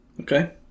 Okay